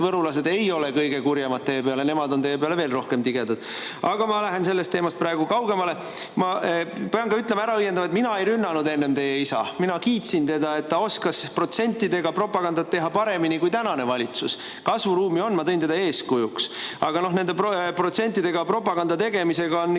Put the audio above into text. võrulased ei ole teie peale kõige kurjemad, vaid nemad on teie peale veel rohkem tigedad. Aga ma lähen sellest teemast praegu kaugemale. Ma pean ka ütlema, ära õiendama, et mina ei rünnanud enne teie isa. Mina kiitsin teda selle eest, et ta oskas protsentidega propagandat teha paremini kui tänane valitsus. Kasvuruumi on, ma tõin teda eeskujuks. Protsentidega propaganda tegemises